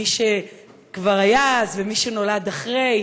מי שכבר היה אז ומי שנולד אחרי,